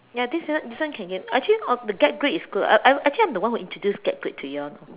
ya this one this one can get actually all the get great is good I I actually I'm the one who introduce get great to you all you know